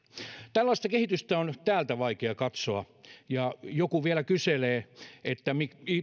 tällaista kehitystä on täältä vaikea katsoa ja joku vielä